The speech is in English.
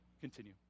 continue